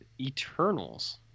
Eternals